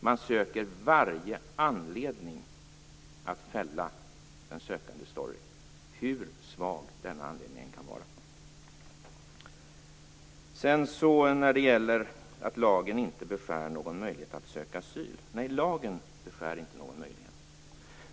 Man söker varje anledning att fälla den sökandes historia, hur svag denna anledning än kan vara. Sedan gällde det detta att lagen inte beskär någon möjlighet att söka asyl. Nej, lagen beskär inte någon möjlighet.